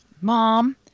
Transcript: Mom